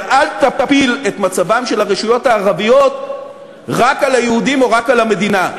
אבל אל תפיל את מצבן של הרשויות הערביות רק על היהודים או רק על המדינה.